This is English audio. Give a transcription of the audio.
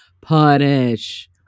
punish